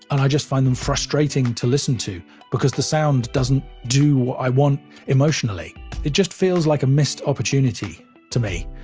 and i just find them frustrating to listen to because the sound doesn't do what i want emotionally it just feels like a missed opportunity to me,